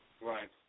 Right